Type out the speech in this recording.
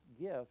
gift